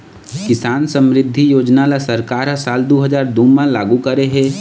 किसान समरिद्धि योजना ल सरकार ह साल दू हजार दू म लागू करे हे